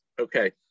Okay